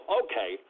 okay